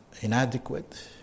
inadequate